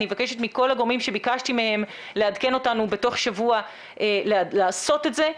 אני מבקשת מכל הגורמים שביקשתי מהם לעדכן אותנו בתוך שבוע לעשות את זה.